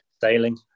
sailing